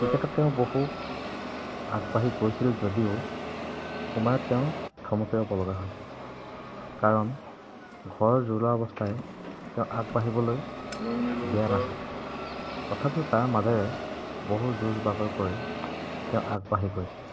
ক্ৰিকেটত তেওঁ বহু আগবাঢ়ি গৈছিল যদিও সময়ত তেওঁ থমকি ৰ'ব লগা হৈছিল কাৰণ ঘৰৰ জুৰুলা অৱস্থাই তেওঁ আগবাঢ়িবলৈ দিয়া নাছিল তথাপিও তাৰ মাজেৰে বহু যুঁজ বাগৰ কৰি তেওঁ আগবাঢ়ি গৈছিল